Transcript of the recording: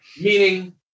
Meaning